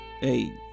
hey